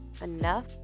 enough